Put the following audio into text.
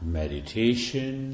meditation